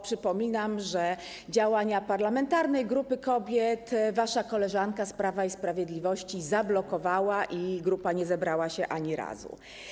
Przypominam, że działania Parlamentarnej Grupy Kobiet wasza koleżanka z Prawa i Sprawiedliwości zablokowała i grupa nie zebrała się ani razu.